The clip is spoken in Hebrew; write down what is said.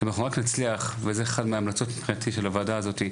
אם אנחנו רק נצליח וזה אחד מההמלצות של הוועדה זאתי,